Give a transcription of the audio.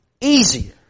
easier